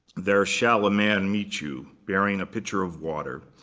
there shall a man meet you bearing a pitcher of water.